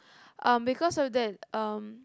um because of that um